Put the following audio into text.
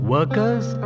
Workers